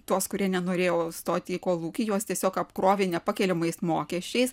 tuos kurie nenorėjo stoti į kolūkį juos tiesiog apkrovė nepakeliamais mokesčiais